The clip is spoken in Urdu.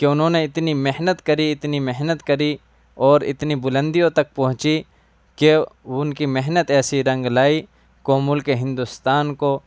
کہ انہوں نے اتنی محنت کری اتنی محنت کری اور اتنی بلندیوں تک پہنچی کہ ان کی محنت ایسی رنگ لائی کو ملک ہندوستان کو